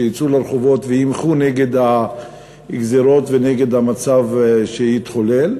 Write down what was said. שיצאו לרחובות וימחו נגד הגזירות ונגד המצב שהתחולל.